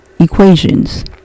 equations